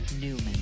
Newman